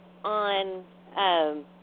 on